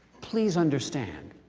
please understand